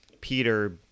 Peter